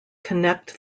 connect